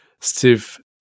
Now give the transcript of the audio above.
Steve